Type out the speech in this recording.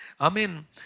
Amen